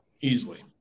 Easily